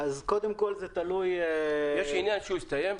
יש לצדדים עניין שהוא יסתיים?